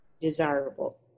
desirable